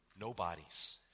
nobodies